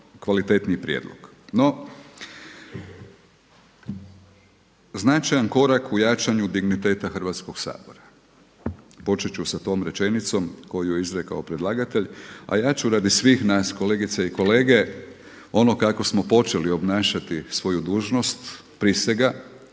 kvalitetniji prijedlog. No, značajan korak u dignitetu Hrvatskog sabora, počet ću sa tom rečenicom koju je izrekao predlagatelj, a ja ću radi svih nas, kolegice i kolege, ono kako smo počeli obnašati svoju dužnost, prisega,